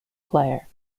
player